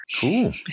Cool